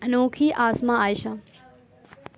انوکھی اسماء عائشہ